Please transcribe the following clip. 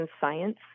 science